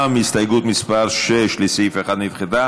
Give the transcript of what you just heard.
גם הסתייגות מס' 5 נדחתה.